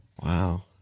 Wow